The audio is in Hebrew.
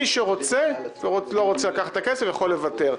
מי שלא רוצה לקחת את הכסף יכול לוותר.